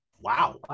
Wow